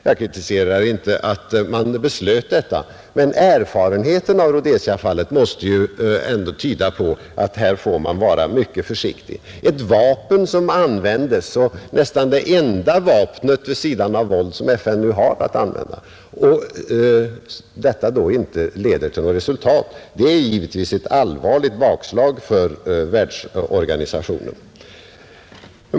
Jag kritiserar inte att man beslöt detta, men erfarenheten av Rhodesiafallet måste ändå tyda på att man bör vara försiktig. Om ett vapen används — nästan det enda vapen vid sidan av våld som FN har att använda — och detta inte leder till resultat, är det ett allvarligt bakslag för världsorganisationen.